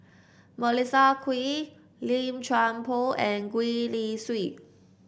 Melissa Kwee Lim Chuan Poh and Gwee Li Sui